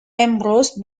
ambrose